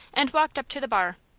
and walked up to the bar.